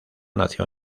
nació